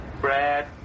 Brad